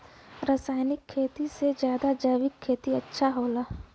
रासायनिक खेती से ज्यादा जैविक खेती अच्छा होला